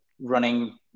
running